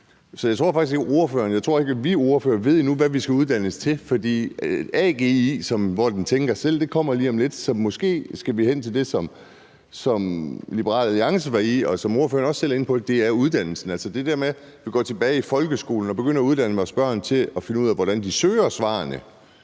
faktisk ikke, at vi ordførere ved endnu, hvad man skal uddannes til. For AGI, hvor den tænker selv, kommer lige om lidt, så måske skal vi hen til det, som Liberal Alliance var inde på, og som ordføreren også selv er inde på, nemlig uddannelse, altså det der med at gå tilbage i folkeskolen og begynde at uddanne vores børn til at finde ud af, hvordan de søger svarene.